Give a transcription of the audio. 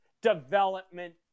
development